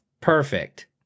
perfect